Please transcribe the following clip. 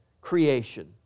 creation